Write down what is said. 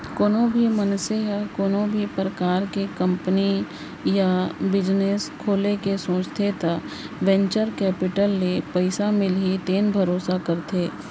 कोनो भी मनसे ह कोनो भी परकार के कंपनी या बिजनेस खोले के सोचथे त वेंचर केपिटल ले पइसा मिलही तेन भरोसा करथे